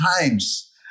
times